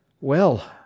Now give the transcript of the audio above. Well